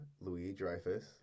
Louis-Dreyfus